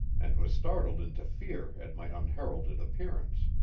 and was startled into fear at my unheralded appearance.